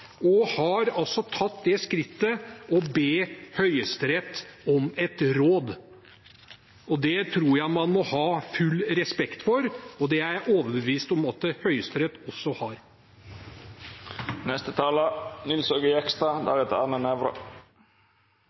og har tatt det skrittet å be Høyesterett om et råd. Det tror jeg man må ha full respekt for, og det er jeg overbevist om at Høyesterett også